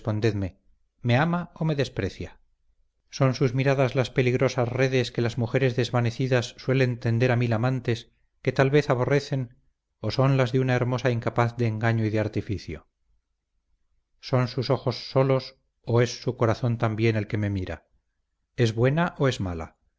me ama o me desprecia son sus miradas las peligrosas redes que las mujeres desvanecidas suelen tender a mil amantes que tal vez aborrecen o son las de una hermosa incapaz de engaño y de artificio son sus ojos solos o es su corazón también el que me mira es buena o es mala